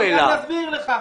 אני אסביר לך.